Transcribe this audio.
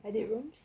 I did rooms